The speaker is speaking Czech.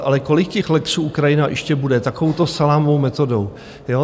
Ale kolik těch lex Ukrajina ještě bude takovouto salámovou metodou, ano?